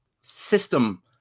system